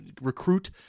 recruit